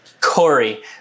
Corey